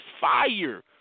fire